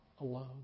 alone